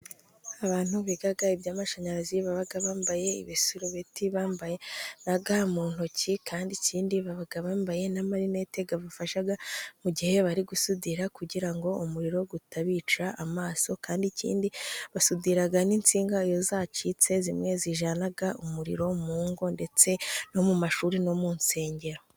Abantu biga iby'amashanyarazi baba bambaye ibiserubeti, bambaye na ga mu ntoki, kandi ikindi baba bambaye na marinete afasha mu gihe bari gusudira kugira ngo umuriro utabica amaso. Kandi ikindi basudiraga n'insinga iyo zacitse zimwe zijyana umuriro mu ngo, ndetse no mu mashuri, no mu nsengero.